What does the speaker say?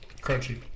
crunchy